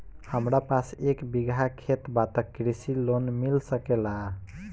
हमरा पास एक बिगहा खेत बा त कृषि लोन मिल सकेला?